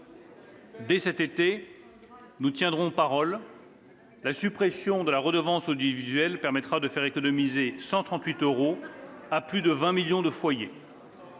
Dès cet été, nous tiendrons parole : la suppression de la redevance audiovisuelle permettra de faire économiser 138 euros à plus de 20 millions de foyers.